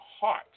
heart